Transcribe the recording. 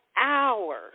hours